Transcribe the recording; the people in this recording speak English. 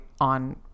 on